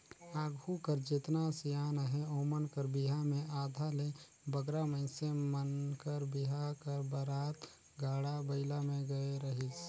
आघु कर जेतना सियान अहे ओमन कर बिहा मे आधा ले बगरा मइनसे मन कर बिहा कर बरात गाड़ा बइला मे गए रहिस